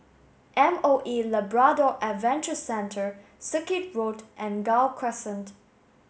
M O E Labrador Adventure Centre Circuit Road and Gul Crescent